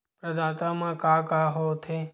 प्रदाता मा का का हो थे?